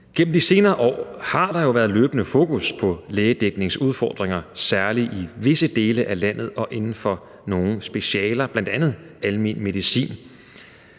Gennem de senere år har der jo været løbende fokus på lægedækningsudfordringer, særlig i visse dele af landet og inden for nogle specialer, bl.a. almen medicin.